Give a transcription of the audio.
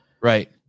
Right